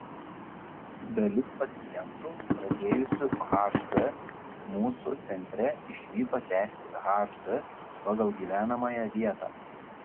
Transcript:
dalis pacientų pradėjusių hd mūsų centre išvyko tęsti hd pagal gyvenamąją vietą